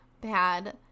bad